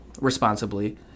responsibly